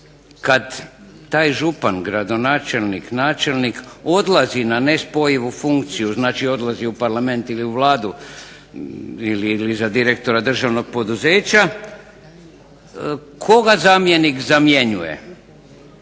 kada taj župan, gradonačelnik, načelnik odlazi na nespojivu funkciju, znači odlazi u parlament ili u Vladu ili za direktora državnog poduzeća, koga zamjenik zamjenjuje?